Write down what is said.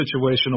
situational